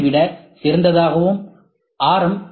M ஐ விட சிறந்ததாகவும் ஆர்